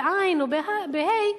בעי"ן או בה"א,